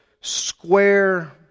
square